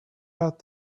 out